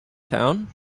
town